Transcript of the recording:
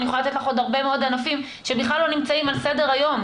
אבל אני יכולה לתת לך עוד הרבה מאוד ענפים שבכלל לא נמצאים על סדר היום,